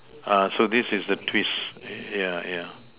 uh so this is the twist yeah yeah